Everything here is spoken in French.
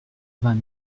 vingt